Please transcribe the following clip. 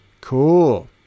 cool